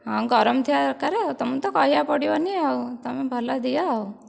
ହଁ ଗରମ ଥିବା ଦରକାରେ ଆଉ ତୁମକୁ ତ କହିବାକୁ ପଡ଼ିବନାହିଁ ଆଉ ତୁମେ ଭଲ ଦିଅ ଆଉ